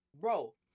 bro